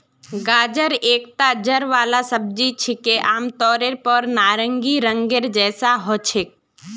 गाजर एकता जड़ वाला सब्जी छिके, आमतौरेर पर नारंगी रंगेर जैसा ह छेक